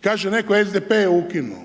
Kaže netko SDP je ukinuo,